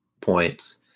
points